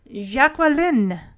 Jacqueline